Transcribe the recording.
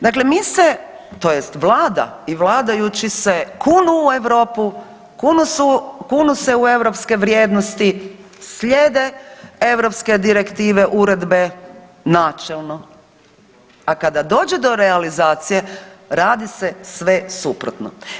Dakle mi se, tj. Vlada i vladajući se kunu u Europe, kunu se u europske vrijednosti, slijede EU direktive, uredbe, načelno, a kada dođe do realizacije, radi se sve suprotno.